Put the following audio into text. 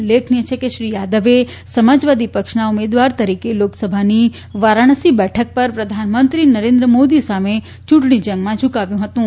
ઉલ્લેખનીય છે કે શ્રી યાદવે સમાજવાદી પક્ષના ઉમેદવાર તરીકે લોકસભાની વારાણસી બેઠક પર પ્રધાનમંત્રી નરેન્દ્ર મોદી સામે ચૂંટણી જંગમાં ઝૂકાવ્યું હતું